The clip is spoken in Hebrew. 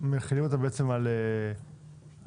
מחילים על סגווי.